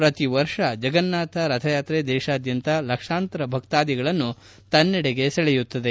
ಪ್ರತಿ ವರ್ಷ ಜಗನ್ನಾಥ ರಥಯಾತ್ರೆ ದೇಶಾದ್ಯಂತ ಲಕ್ಷಾಂತರ ಭಕ್ತಾದಿಗಳನ್ನು ತನ್ನೆಡೆಗೆ ಸೆಳೆಯುತ್ತದೆ